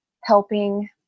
helping